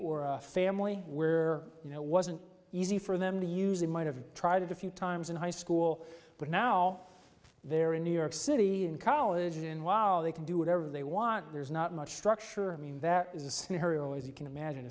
or a family where you know it wasn't easy for them to use they might have tried it a few times in high school but now they're in new york city and college and while they can do whatever they want there's not much structure i mean that is a scenario as you can imagine